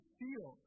feel